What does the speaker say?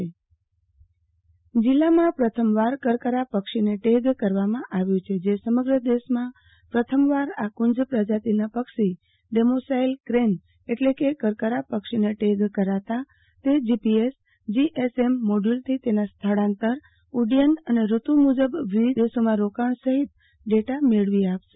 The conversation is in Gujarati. આરતીબેન ભદ્દ પક્ષીને ટેગ જિલ્લામાં પ્રથમવાર કરકરા પક્ષીને ટેગ કરવામાં આવ્યુ છે જે સમગ્ર દેશમાં પ્રથમવાર આ કુંજ પ્રજાતિના પક્ષી ડેમોસાઈલ કેન એટલે કે કરકરા પક્ષીને ટેગ કરાતા તે જીપીએસ જીએસએમ મોડ્યુલથી તેના સ્થળાંતરઉડ્યન અને ઋતુ મુજબ વિવિધ દેશોમાં રોકાણ સહિત ડેટા મેળવી શકાશે